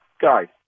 guys